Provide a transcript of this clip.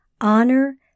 honor